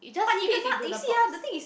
!wah! 你跟他 you see ah the thing is